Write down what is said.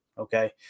Okay